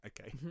Okay